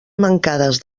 mancades